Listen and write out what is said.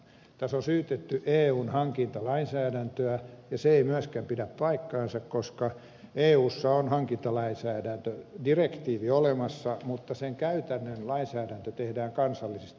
tässä on syytetty eun hankintalainsäädäntöä ja se ei myöskään pidä paikkaansa koska eussa on hankintalainsäädäntödirektiivi olemassa mutta käytännön lainsäädäntö tehdään kansallisesti